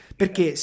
perché